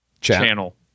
channel